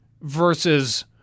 versus